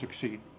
succeed